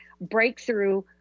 breakthrough